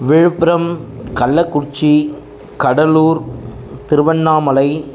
Villupuram Kallakurichi Cuddalore Tiruvannamalai